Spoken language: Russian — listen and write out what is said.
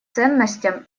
ценностям